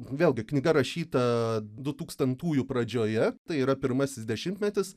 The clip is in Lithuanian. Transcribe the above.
vėlgi knyga rašyta dutūkstantųjų pradžioje tai yra pirmasis dešimtmetis